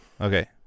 Okay